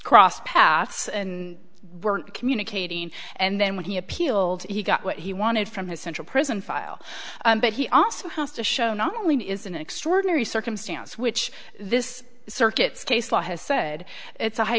crossed paths and weren't communicating and then when he appealed he got what he wanted from his central prison file but he also has to show not only is an extraordinary circumstance which this circuit's case law has said it's a high